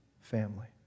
family